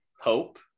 hope